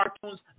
cartoons